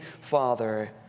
father